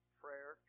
prayer